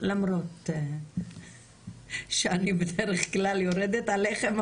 למרות שאני בדרך כלל יורדת עליכם,